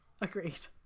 Agreed